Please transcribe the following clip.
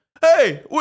Hey